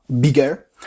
bigger